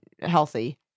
healthy